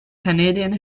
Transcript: canadian